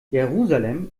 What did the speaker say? jerusalem